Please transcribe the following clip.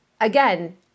again